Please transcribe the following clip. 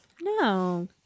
No